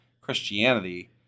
Christianity